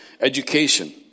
education